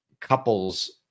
couples